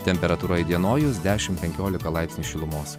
temperatūra įdienojus dešimt penkiolika laipsnių šilumos